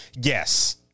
yes